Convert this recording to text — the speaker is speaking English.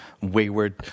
wayward